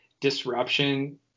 disruption